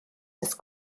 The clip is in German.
des